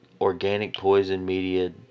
organicpoisonmedia